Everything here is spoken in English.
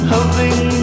Hoping